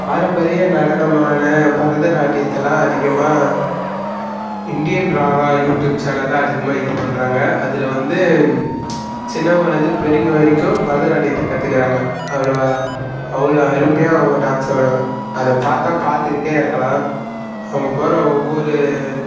பாரம்பரிய நடனமான பரதநாட்டியத்தெல்லாம் அதிகமாக இந்தியன் ராகா யூடியூப் சேனலில் அதிகமாக இது பண்ணுறாங்க அதில் வந்து சின்னவங்கலேருந்து பெரியவங்க வரைக்கும் பரதநாட்டியத்தை கற்றுக்குறாங்க அவ்வளோ அவ்வளோ அருமையாக அவங்க டான்ஸ் ஆடுவாங்க அதை பார்த்தா பார்த்துக்கிட்டே இருக்கலாம் அவங்க போடுற ஒவ்வொரு